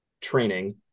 training